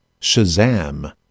Shazam